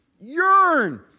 yearn